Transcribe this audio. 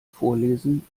vorlesen